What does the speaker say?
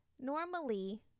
Normally